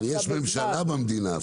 אבל יש ממשלה במדינה.